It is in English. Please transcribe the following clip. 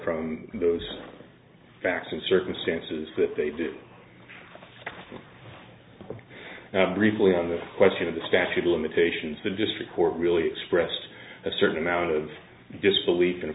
from those facts and circumstances that they do briefly on the question of the statute of limitations the district court really expressed a certain amount of disbelief and